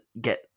get